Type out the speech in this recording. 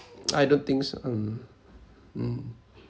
I don't think so mm mm